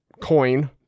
coin